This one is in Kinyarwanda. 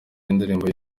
y’indirimbo